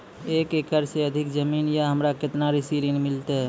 एक एकरऽ से अधिक जमीन या हमरा केतना कृषि ऋण मिलते?